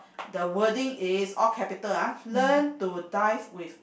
the wording is all capital ah learn to dive with